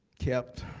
kept.